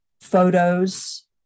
photos